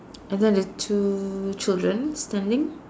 and then the two children standing